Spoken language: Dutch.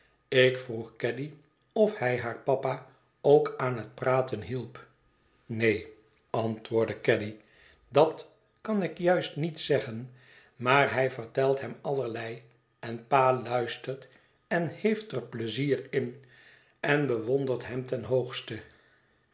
ik vroeg caddy of hij haar papa ook aan het praten hielp neen antwoordde caddy dat kan ik juist niet zeggen maar hij vertelt hem allerlei en pa luistert en heeft er pleizier in en bewondert hem ten hoogste